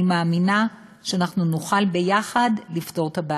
אני מאמינה שאנחנו נוכל ביחד לפתור את הבעיה.